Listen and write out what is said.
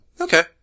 Okay